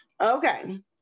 okay